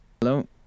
Hello